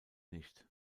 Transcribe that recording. nicht